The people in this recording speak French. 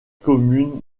commune